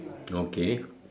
okay